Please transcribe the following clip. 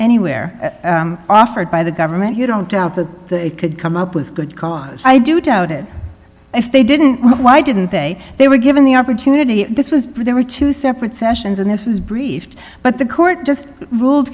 anywhere offered by the government you don't doubt that it could come up with good cause i do doubt it if they didn't why didn't they they were given the opportunity this was there were two separate sessions and this was briefed but the court